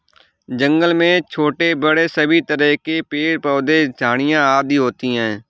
जंगल में छोटे बड़े सभी तरह के पेड़ पौधे झाड़ियां आदि होती हैं